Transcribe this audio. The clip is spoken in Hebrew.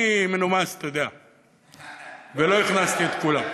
אני מנומס, אתה יודע, ולא הכנסתי את כולם.